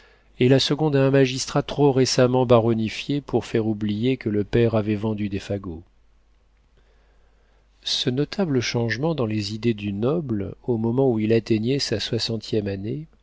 et la seconde à un magistrat trop récemment baronifié pour faire oublier que le père avait vendu des fagots ce notable changement dans les idées du noble au moment où il atteignait sa soixantième année